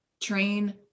train